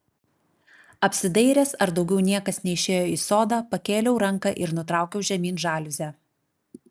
apsidairęs ar daugiau niekas neišėjo į sodą pakėliau ranką ir nutraukiau žemyn žaliuzę